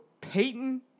Peyton